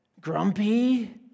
grumpy